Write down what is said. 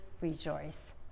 rejoice